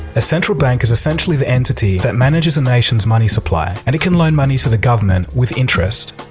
a central bank is essentially the entity that manages a nation's money supply and it can loan money to the government with interest.